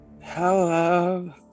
Hello